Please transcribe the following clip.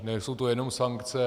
Nejsou to jenom sankce.